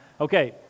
Okay